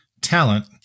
talent